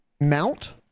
mount